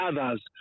others